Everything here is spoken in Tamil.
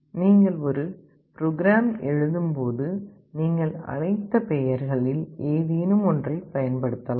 நீங்கள் ஒரு புரோகிராம் எழுதும்போது நீங்கள் அழைத்த பெயர்களில் ஏதேனும் ஒன்றைப் பயன்படுத்தலாம்